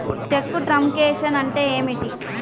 చెక్కు truncation అంటే ఏమిటి?